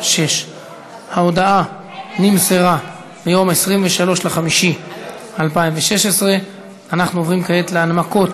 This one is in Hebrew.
ההודעה נמסרה ביום 23 במאי 2016. אנחנו עוברים כעת להנמקות